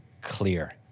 clear